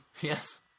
Yes